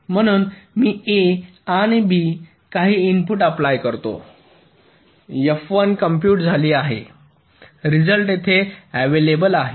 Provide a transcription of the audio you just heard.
म्हणून मी A आणि B काही इनपुट अप्लाय करतो F1 कॉम्पूट झाली आहे रिझल्ट येथे अव्हेलेबल आहे